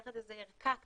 איזו ערכה כזאת,